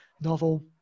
novel